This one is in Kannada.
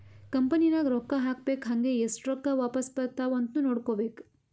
ಕಂಪನಿ ನಾಗ್ ರೊಕ್ಕಾ ಹಾಕ್ಬೇಕ್ ಹಂಗೇ ಎಸ್ಟ್ ರೊಕ್ಕಾ ವಾಪಾಸ್ ಬರ್ತಾವ್ ಅಂತ್ನು ನೋಡ್ಕೋಬೇಕ್